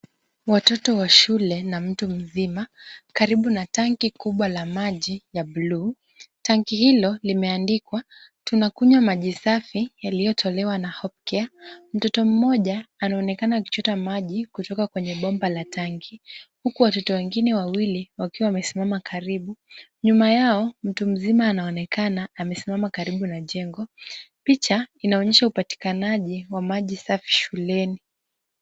Watoto wa shule na mtu mzima, karibu na tanki kubwa la maji ya bluu. Tanki hilo limeandikwa tunakunywa maji safi, yaliyotolewa na Hope Care. Mtoto mmoja anaonekana kuchota maji kutoka kwenye bomba la tanki. Huku watoto wengine wawili wakiwa wamesimama karibu. Nyuma yao mtu mzima anaonekana amesimama karibu na jengo. Picha inaonyesha upatikanaji wa maji safi shuleni.